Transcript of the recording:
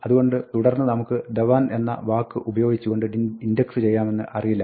അതുകൊണ്ട് തുടർന്ന് നമുക്ക് Dhawan എന്ന വാക്ക് ഉപയോഗിച്ചു കൊണ്ട് ഇൻഡക്സ് ചെയ്യാമെന്ന് അറിയില്ലായിരുന്നു